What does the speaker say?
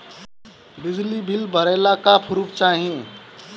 बिजली बिल भरे ला का पुर्फ चाही?